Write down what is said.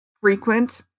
frequent